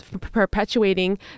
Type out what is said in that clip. perpetuating